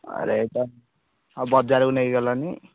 ଆଉ ରେଟ୍ ଆଉ ବଜାରକୁ ନେଇଗଲନି